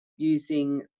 using